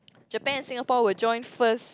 Japan and Singapore will join first